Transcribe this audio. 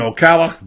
Ocala